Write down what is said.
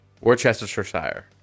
Worcestershire